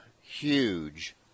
huge